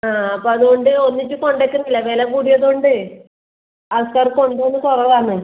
ആ അപ്പോള് അതുകൊണ്ട് ഒന്നിച്ച് കൊണ്ടുവെക്കുന്നില്ല വില ങാ അപ്പോ അതുകൊണ്ട് ഒന്നിച്ച് കൊണ്ടുവെക്കുന്നില്ല വില കൂടിയത് കൊണ്ട് ആൾക്കാർ കൊണ്ട് പോകുന്നതു കുറവാണ്